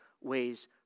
ways